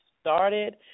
started